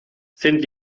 sind